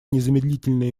незамедлительные